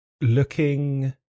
looking